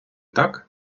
так